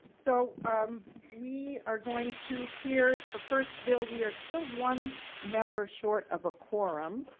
so we are going to hear the first bill. we are still one member short of a quorum.